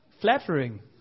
flattering